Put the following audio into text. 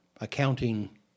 accounting